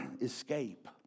Escape